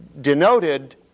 denoted